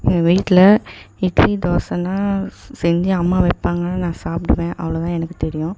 என் வீட்டில் இட்லி தோசைன்னா செஞ்சு அம்மா வைப்பாங்க நான் சாப்பிடுவேன் அவ்வளோ தான் எனக்கு தெரியும்